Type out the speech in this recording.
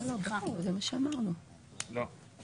לא ראיתי